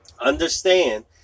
understand